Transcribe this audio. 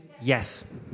Yes